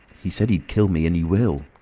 he said he'd kill me and he will.